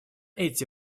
эти